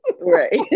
Right